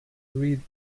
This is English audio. read